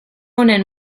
honen